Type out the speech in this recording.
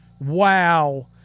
Wow